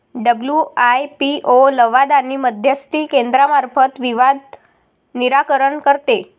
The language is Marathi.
डब्ल्यू.आय.पी.ओ लवाद आणि मध्यस्थी केंद्रामार्फत विवाद निराकरण करते